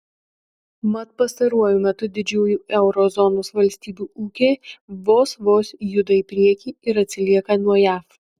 mat pastaruoju metu didžiųjų euro zonos valstybių ūkiai vos vos juda į priekį ir atsilieka nuo jav